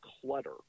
clutter –